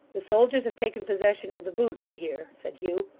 the soldiers have taken possession of the boot, i hear said hugh.